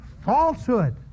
falsehood